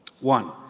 One